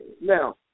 Now